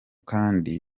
kandi